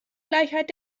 gleichheit